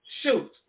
Shoot